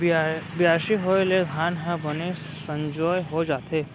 बियासी होय ले धान ह बने संजोए हो जाथे